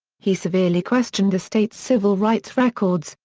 he severely questioned the states' civil rights records,